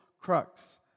crux